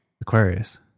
Aquarius